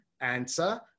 answer